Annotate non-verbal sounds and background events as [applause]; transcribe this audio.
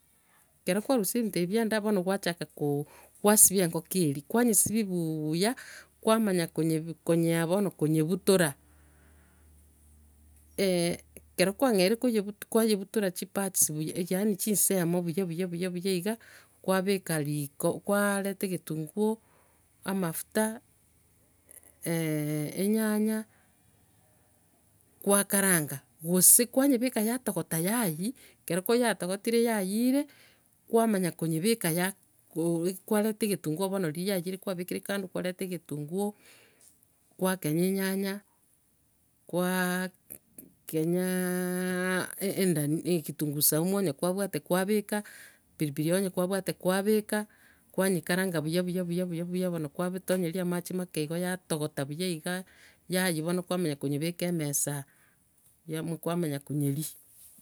Ekero kwarusirie ebinto ebio bia enda, bono gwachaka ko- kwasibia engoko eria, kwanyesibia buuya, kwamanya konyeb- konyea bono konyebutora. [hesitation] ekero kwang'erire konyebut- kwayebutora chiparts buya, yaani chinsemo buya buya buya buya iga, kwabeka riko, kwarenta egentunguo, amafuta, [hesitation] enyanya, kwakaranga, gose kwanyebeka yatogota yaiyi, ekero yakotogotire yaiyire, kwamanya konyebeka ya- koo- eg- kwarenta egentunguo bono riri yaiyire kwabekire kando, kwarenta egentunguo, kwakenya enyanya, kwaa kenyaaaaa endani- egentunguo saumu onye kwabate kwabeka, pilipili hoho onye kwabate kwabeka, kwanyekaranga buya buya buya buya buya bono, kwabitonyeria amache amake igo, yatogotoka buya iga, yaiyi bono kwamanya konyebeka emesa yamo- kwamanya konyeria.